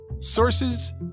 Sources